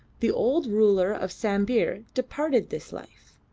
the old ruler of sambir departed this life.